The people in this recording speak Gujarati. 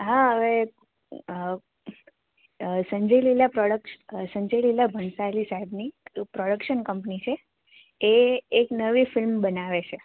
હા હવે સંજયલીલા પ્રોડક્ટ સંજય લીલા ભણશાલી સાહેબની એ પ્રોડક્શન કંપની છે એ એક નવી ફિલ્મ બનાવે છે